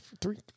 Three